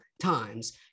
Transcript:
Times